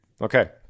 Okay